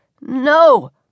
No